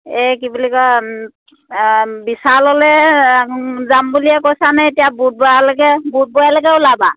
এই কি বুলি কয় বিশাললৈ যাম বুলিয়ে কৈছানে এতিয়া বুধবাৰলৈকে বুধবাৰলৈকে ওলাবা